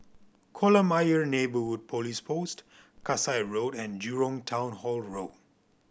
Kolam Ayer Neighbourhood Police Post Kasai Road and Jurong Town Hall Road